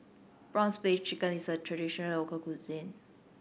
prawn paste chicken is a traditional local cuisine